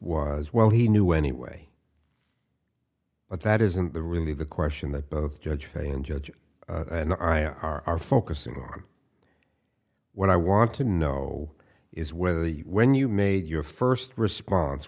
was well he knew anyway but that isn't the really the question that both judge jury and judge and i are focusing on what i want to know is whether the when you made your first response